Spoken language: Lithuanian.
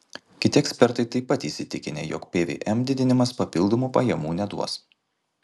kiti ekspertai taip pat įsitikinę jog pvm didinimas papildomų pajamų neduos